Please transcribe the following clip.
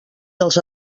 dels